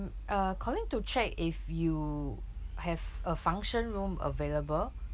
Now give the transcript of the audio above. uh calling to check if you have a function room available